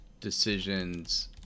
decisions